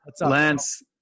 Lance